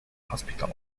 hospital